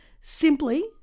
Simply